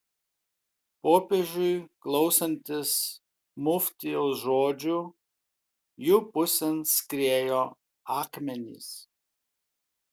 popiežiui klausantis muftijaus žodžių jų pusėn skriejo akmenys